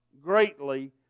greatly